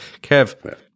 Kev